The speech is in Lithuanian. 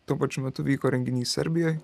tuo pačiu metu vyko renginys serbijoj